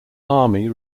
army